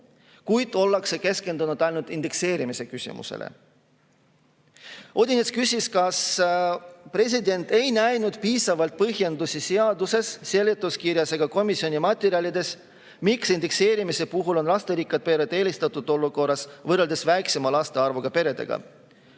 kuid ollakse keskendunud ainult indekseerimise küsimusele. Odinets küsis, kas president ei näinud piisavalt põhjendusi seaduse seletuskirjas ega komisjoni materjalides, miks indekseerimise puhul on lasterikkad pered eelistatud olukorras võrreldes väiksema laste arvuga peredega.